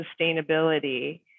sustainability